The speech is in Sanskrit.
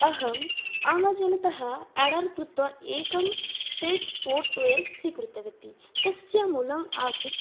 अहं अमेजान्तः आर्डर् कृत्वा एकं सेट्स् स्पोर्ट्स् वेर् स्वीकृतवती तस्य मूल्यम् आसीत्